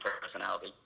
personality